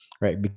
right